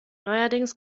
neuerdings